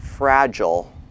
fragile